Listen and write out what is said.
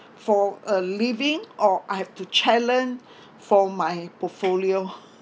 for a living or I have to challenge for my portfolio